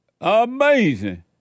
Amazing